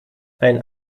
ein